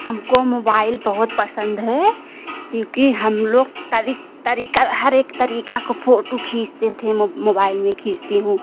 हमको मोबाइल बहुत पसंद है क्योंकि हम लोग तरीक़ तरीक़े हर एक तरीक़े की फोटो खींचते थे मोबाइल में खींचती हूँ